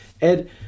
Ed